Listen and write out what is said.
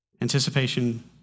Anticipation